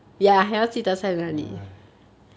!hais!